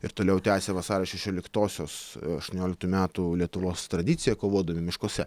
ir toliau tęsia vasario šešioliktosios aštuonioliktų metų lietuvos tradiciją kovodami miškuose